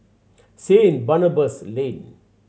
Saint Barnabas Lane